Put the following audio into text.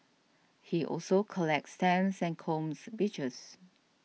he also collects stamps and combs beaches